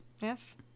Yes